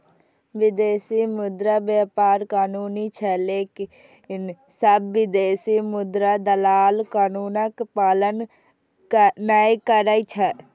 विदेशी मुद्रा व्यापार कानूनी छै, लेकिन सब विदेशी मुद्रा दलाल कानूनक पालन नै करै छै